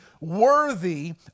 worthy